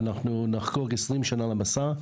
נחגוג עשרים שנה למסע,